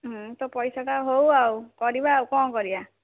ଉଁ ତୋ ପଇସାଟା ହଉ ଆଉ କରିବା ଆଉ କ'ଣ କରିବା